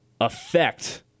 affect